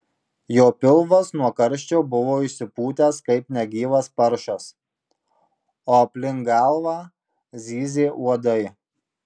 jo pilvas nuo karščio buvo išsipūtęs kaip negyvas paršas o aplink galvą zyzė uodai